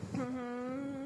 that's so good